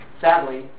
sadly